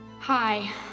Hi